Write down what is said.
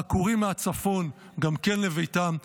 העקורים מהצפון גם הם לביתם,